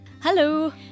Hello